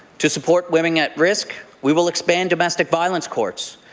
to support women at risk, we will expand domestic violence courts.